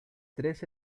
tres